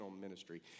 ministry